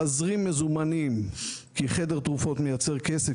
להזרים מזומנים כי חדר תרופות מייצר כסף